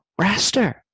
Raster